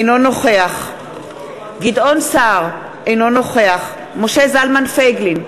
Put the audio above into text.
אינו נוכח גדעון סער, אינו נוכח משה זלמן פייגלין,